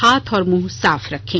हाथ और मुंह साफ रखें